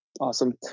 Awesome